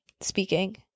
speaking